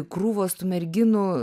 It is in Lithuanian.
krūvos tų merginų